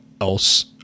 else